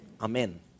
Amen